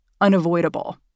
unavoidable